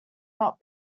not